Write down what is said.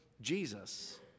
Jesus